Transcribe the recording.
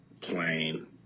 plain